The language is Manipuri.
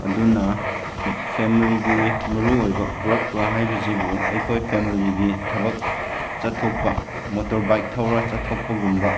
ꯑꯗꯨꯅ ꯐꯦꯃꯂꯤꯒꯤ ꯃꯔꯨ ꯑꯣꯏꯕ ꯄꯨꯔꯛꯄ ꯍꯥꯏꯕꯁꯤꯕꯨ ꯑꯩꯈꯣꯏ ꯐꯦꯃꯂꯤꯒꯤ ꯊꯕꯛ ꯆꯠꯊꯣꯛꯄ ꯃꯣꯇꯣꯔ ꯕꯥꯏꯛ ꯊꯧꯔꯒ ꯆꯠꯊꯣꯛꯄꯒꯨꯝꯕ